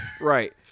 Right